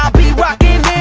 be rockin'